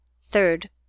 Third